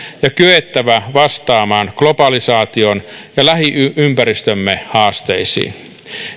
ja kyettävä vastaamaan globalisaation ja lähiympäristömme haasteisiin